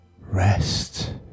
rest